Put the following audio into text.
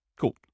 Cool